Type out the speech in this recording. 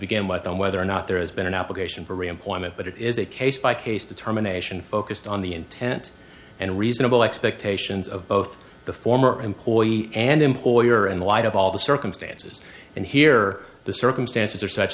begin with on whether or not there has been an application for employment but it is a case by case determination focused on the intent and reasonable expectations of both the former employee and employer in the light of all the circumstances and here the circumstances are such